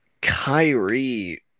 Kyrie